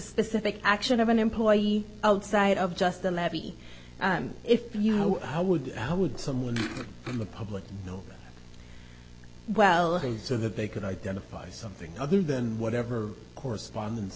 specific action of an employee outside of just a levy if you know how would how would someone in the public know well so that they could identify something other than whatever correspondence